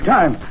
Time